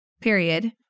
Period